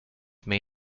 may